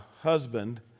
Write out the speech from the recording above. husband